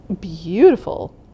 beautiful